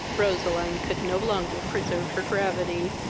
roseline could no longer preserve her gravity.